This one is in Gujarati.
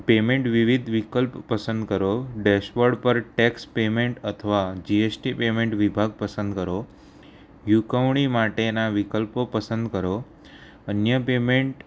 પેમેન્ટ વિવિધ વિકલ્પ પસંદ કરો ડેશ બોર્ડ પર ટેક્સ પેમેન્ટ અથવા જીએસટી પેમેન્ટ વિભાગ પસંદ કરો ચુકવણી માટેના વિકલ્પો પસંદ કરો અન્ય પેમેન્ટ